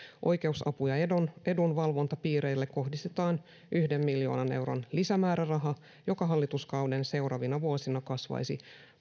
oikeusapu ja ja edunvalvontapiireille kohdistetaan yhden miljoonan euron lisämääräraha joka hallituskauden seuraavina vuosina kasvaisi